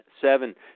seven